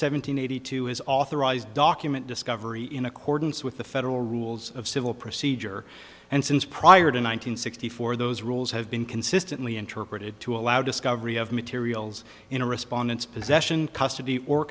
hundred eighty two has authorized document discovery in accordance with the federal rules of civil procedure and since prior to nine hundred sixty four those rules have been consistently interpreted to allow discovery of materials in a respondent's possession custody or